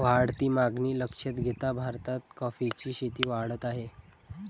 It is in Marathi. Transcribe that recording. वाढती मागणी लक्षात घेता भारतात कॉफीची शेती वाढत आहे